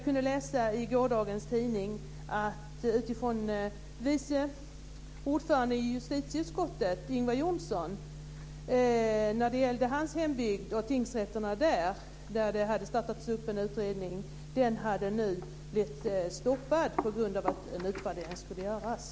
I gårdagens tidning kunde man läsa att vice ordföranden i justitieutskottet, Ingvar Johnsson, sagt att sammanslagningen av tingsrätterna i hans hembygd har blivit stoppad på grund av att en utvärdering skulle göras.